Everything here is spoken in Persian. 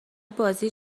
بازی